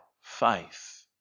faith